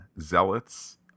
zealots